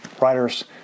writers